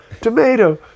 Tomato